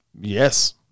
Yes